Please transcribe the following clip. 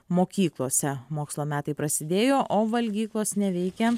mokyklose mokslo metai prasidėjo o valgyklos neveikia